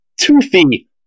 toothy